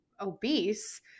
obese